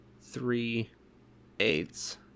three-eighths